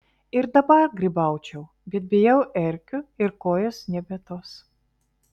ir dabar grybaučiau bet bijau erkių ir kojos nebe tos